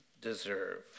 deserve